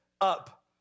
up